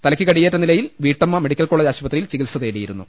തലക്ക് കടിയേറ്റ നിലയിൽ വീട്ടമ്മ മെഡിക്കൽ കോളജ് ആശുപത്രിയിൽ ചികിത്സ തേടിയിരുന്നു